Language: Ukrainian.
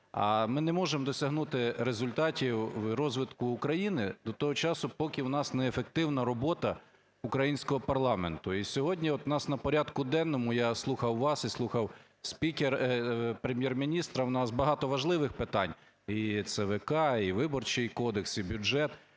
А ми не можемо досягнути результатів розвитку України до того часу, поки в нас не ефективна роботи українського парламенту. І сьогодні от в нас на порядку денному, я слухав вас і слухав спікера, Прем’єр-міністра, в нас багато важливих питань: і ЦВК, і Виборчий кодекс і бюджет.